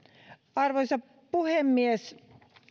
arvoisa puhemies